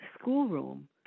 schoolroom